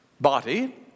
Body